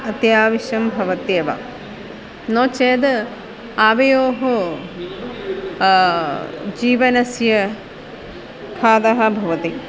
अत्यावश्यं भवत्येव नो चेद् आवयोः जीवनस्य खादः भवति